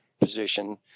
position